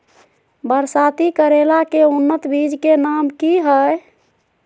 बरसाती करेला के उन्नत बिज के नाम की हैय?